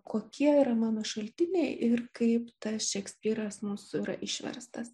kokie yra mano šaltiniai ir kaip tas šekspyras mūsų yra išverstas